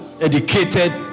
Educated